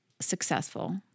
successful